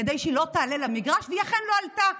כדי שהיא לא תעלה למגרש, והיא אכן לא עלתה,